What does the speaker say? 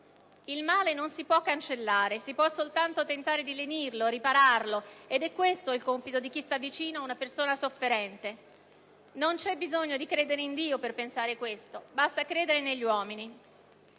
Il male non si può cancellare, si può soltanto tentare di lenirlo, ripararlo, ed è questo il compito di chi sta vicino a una persona sofferente. Non c'è bisogno di credere in Dio per pensare questo, basta credere negli uomini.